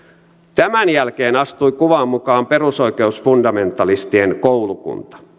tämän jälkeen astui kuvaan mukaan perusoikeusfundamentalistien koulukunta